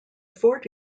fort